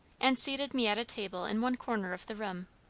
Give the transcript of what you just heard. and seated me at a table in one corner of the room.